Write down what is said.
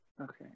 Okay